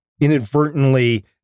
inadvertently